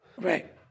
Right